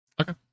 Okay